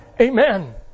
Amen